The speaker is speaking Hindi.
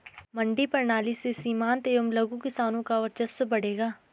मंडी प्रणाली से सीमांत एवं लघु किसानों का वर्चस्व बढ़ेगा